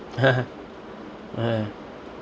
ah